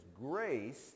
grace